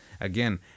again